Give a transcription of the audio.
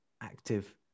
active